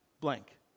blank